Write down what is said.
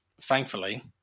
thankfully